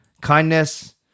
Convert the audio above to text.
Kindness